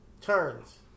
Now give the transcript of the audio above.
turns